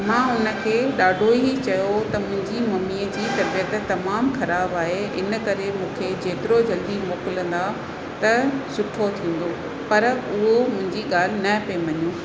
मां हुनखे ॾाढो ई चयो त मुंहिंजी मम्मीअ जी तबियत तमामु ख़राबु आहे इनकरे मूंखे जेतिरो जल्दी मोकिलींदा त सुठो थींदो पर उहो मुंहिंजी ॻाल्हि न पेई मञे